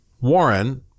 Warren